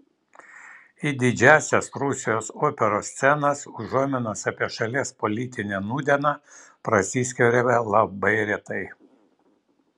į didžiąsias rusijos operos scenas užuominos apie šalies politinę nūdieną prasiskverbia labai retai